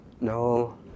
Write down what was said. no